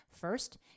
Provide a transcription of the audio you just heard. First